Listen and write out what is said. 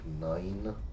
nine